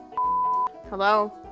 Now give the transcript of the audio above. Hello